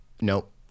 Nope